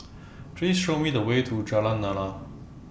Please Show Me The Way to Jalan Lana